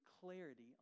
clarity